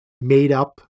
made-up